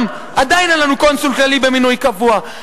עדיין אין לנו קונסול כללי במינוי קבוע,